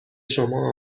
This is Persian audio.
شما